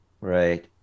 Right